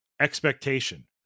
expectation